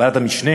ועדת המשנה